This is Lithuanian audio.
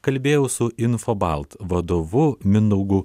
kalbėjau su infobalt vadovu mindaugu